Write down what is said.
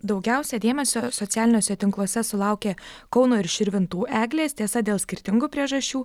daugiausia dėmesio socialiniuose tinkluose sulaukė kauno ir širvintų eglės tiesa dėl skirtingų priežasčių